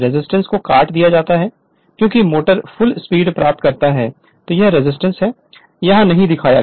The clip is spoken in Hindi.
रेजिस्टेंस को काट दिया जाता है क्योंकि मोटर फुल स्पीड प्राप्त करता है यहां यह रेजिस्टेंस है यहां नहीं दिखाया गया है